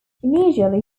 initially